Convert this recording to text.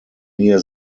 near